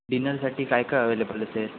डिनरसाठी काय काय अवेलेबल असेल